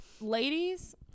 ladies